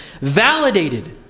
validated